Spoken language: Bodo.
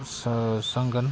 संगोन